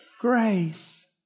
grace